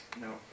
No